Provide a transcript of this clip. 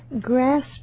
grasp